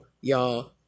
y'all